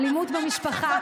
אלימות במשפחה,